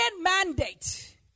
mandate